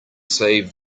save